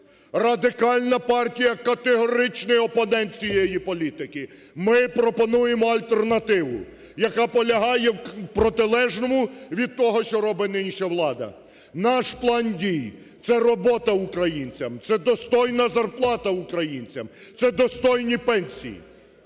Радикальна партія – категоричний опонент цієї політики. Ми пропонуємо альтернативу, яка полягає в протилежному від того, що робить нинішня влада. Наш план дій: це робота українцям, це достойна зарплата українцям, це достойні пенсії.